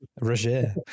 roger